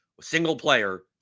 single-player